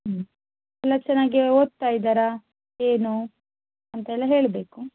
ಎಲ್ಲ ಚೆನ್ನಾಗಿ ಓದ್ತಾ ಇದ್ದಾರಾ ಏನು ಅಂತೆಲ್ಲ ಹೇಳಬೇಕು